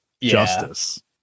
Justice